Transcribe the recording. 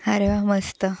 अरे वा मस्त